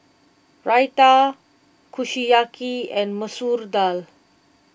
Raita Kushiyaki and Masoor Dal